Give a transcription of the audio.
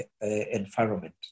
environment